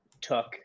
took